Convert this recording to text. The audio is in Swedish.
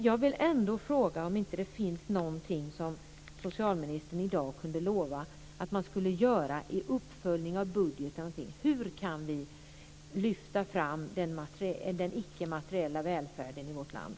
Jag vill ändå fråga om det inte finns någonting som socialministern i dag kan lova att man ska göra, kanske i uppföljningen av budgeten, för att lyfta fram den ickemateriella välfärden i vårt land.